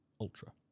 ultra